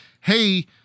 Hey